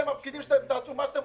אתה נגד המוחלשים,